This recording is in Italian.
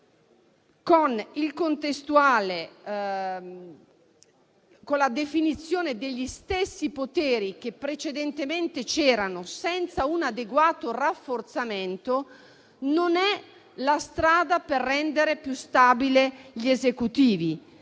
con la contestuale definizione degli stessi poteri precedentemente vigenti, senza un adeguato rafforzamento, non sia la strada per rendere più stabili gli Esecutivi.